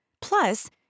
Plus